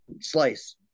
slice